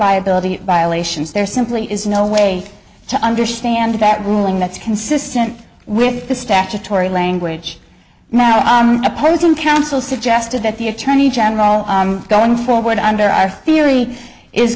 liability violations there simply is no way to understand that ruling that's consistent with the statutory language matter opposing counsel suggested that the attorney general going forward under our theory is